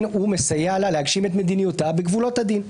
הוא מסייע לה להגשים את מדיניותה בגבולות הדין.